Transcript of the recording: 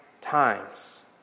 times